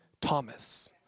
Thomas